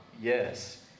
Yes